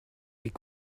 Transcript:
est